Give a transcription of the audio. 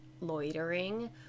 loitering